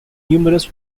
numerous